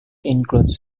includes